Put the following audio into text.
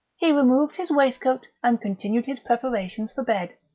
he removed his waistcoat, and continued his preparations for bed.